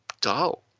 dull